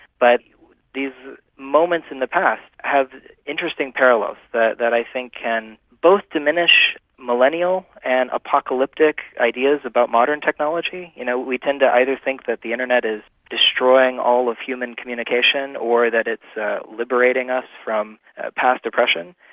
but these moments in the past have interesting parallels that that i think can both diminish millennial and apocalyptic ideas about modern technology. you know we tend to either think that the internet is destroying all of human communication or that it's liberating us from past oppression.